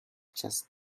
just